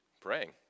Praying